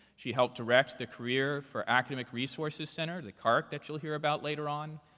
she helped direct the career for academic resources center the carc that you'll hear about later on.